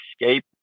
escape